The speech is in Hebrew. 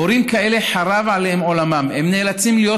הורים כאלה חרב עליהם עולמם: הם נאלצים להיות